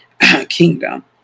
kingdom